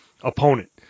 opponent